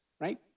right